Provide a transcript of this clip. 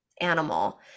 animal